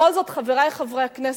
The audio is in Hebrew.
בכל זאת, חברי חברי הכנסת,